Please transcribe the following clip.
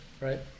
Right